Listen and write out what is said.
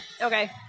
Okay